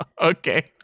Okay